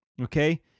okay